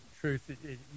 truth